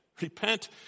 Repent